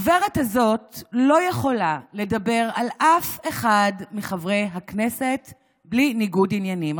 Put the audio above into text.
הגברת הזאת לא יכולה לדבר על אף אחד מחברי הכנסת בלי ניגוד עניינים.